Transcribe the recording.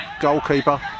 goalkeeper